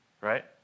right